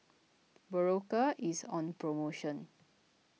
Berocca is on promotion